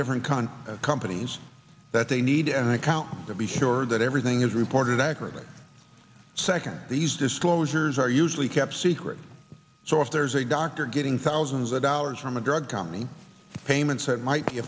different kinds of companies that they need an account to be sure that everything is reported accurately second these disclosures are usually kept secret so if there's a doctor getting thousands of dollars from a drug company payments that might be